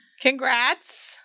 Congrats